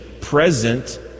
present